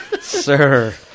Sir